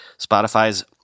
Spotify's